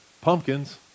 pumpkins